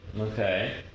Okay